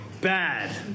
Bad